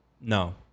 no